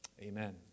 amen